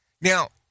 now